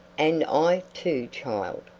and i, too, child,